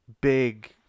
Big